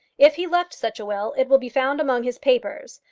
if he left such a will, it will be found among his papers.